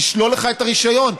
ישלול לך את הרישיון,